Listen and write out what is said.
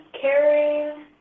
caring